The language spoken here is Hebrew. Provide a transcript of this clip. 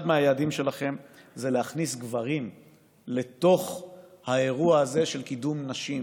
אחד מהיעדים שלכם זה להכניס גברים לתוך האירוע הזה של קידום נשים,